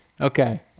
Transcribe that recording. Okay